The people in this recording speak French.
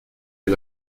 est